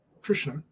Krishna